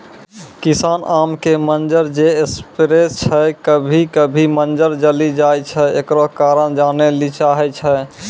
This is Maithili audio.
किसान आम के मंजर जे स्प्रे छैय कभी कभी मंजर जली जाय छैय, एकरो कारण जाने ली चाहेय छैय?